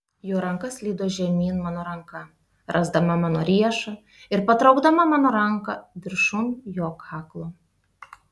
jo ranka slydo žemyn mano ranką rasdama mano riešą ir patraukdama mano ranką viršun jo kaklo